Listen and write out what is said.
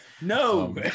No